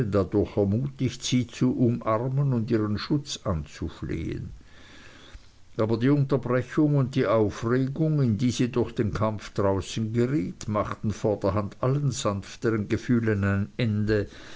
dadurch ermutigt sie zu umarmen und ihren schutz anzuflehen aber die unterbrechung und die aufregung in die sie durch den kampf draußen geriet machten vor der hand allen sanfteren gefühlen ein ende